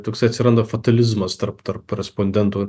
toks atsiranda fatalizmas tarp tarp respondentų